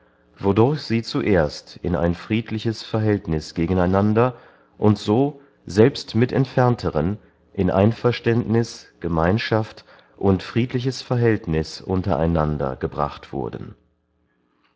wodurch sie zuerst in ein friedliches verhältnis gegen einander und so selbst mit entfernteren in einverständnis gemeinschaft und friedliches verhältnis unter einander gebracht wurden